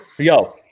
Yo